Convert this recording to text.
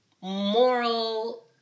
moral